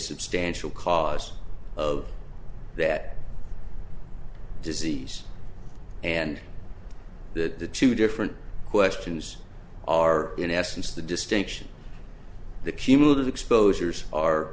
substantial cause of that disease and that the two different questions are in essence the distinction the cumulative exposures are